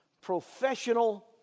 professional